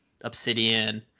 obsidian